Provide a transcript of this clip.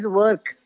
work